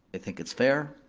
they think it's fair,